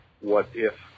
what-if